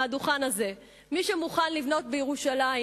מהדוכן הזה: מי שמוכן לבנות בירושלים